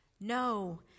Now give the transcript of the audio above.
no